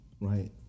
right